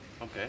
Okay